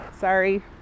Sorry